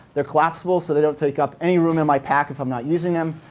they're collapsible, so they don't take up any room in my pack if i'm not using them.